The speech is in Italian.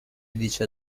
dice